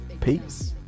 peace